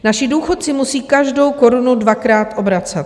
Naši důchodci musí každou korunu dvakrát obracet.